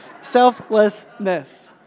Selflessness